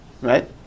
right